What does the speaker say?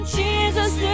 jesus